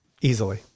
Easily